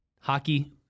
Hockey